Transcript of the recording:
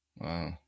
wow